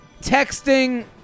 texting